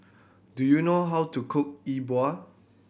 do you know how to cook E Bua